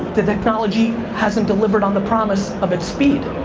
the technology hasn't delivered on the promise of its speed.